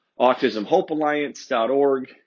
AutismHopeAlliance.org